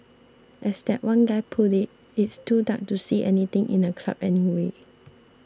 as that one guy put it it's too dark to see anything in a club anyway